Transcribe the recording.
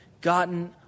gotten